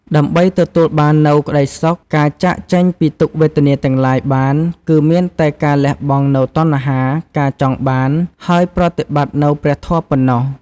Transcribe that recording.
ដើម្បីទទួលបាននូវក្ដីសុខ ការចាកចេញពីទុក្ខវេទនាទាំងឡាយបាន គឺមានតែការលះបង់នូវតណ្ហា ការចង់បាន ហើយប្រតិបត្តិនូវព្រះធម៌ប៉ុណ្ណោះ។